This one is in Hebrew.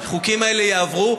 החוקים האלה יעברו.